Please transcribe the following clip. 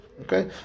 Okay